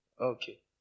Okay